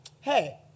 Hey